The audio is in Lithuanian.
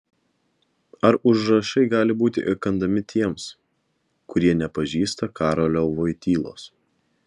ar užrašai gali būti įkandami tiems kurie nepažįsta karolio voitylos